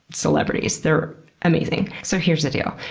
celebrities. they're amazing. so, here's the deal.